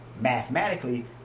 mathematically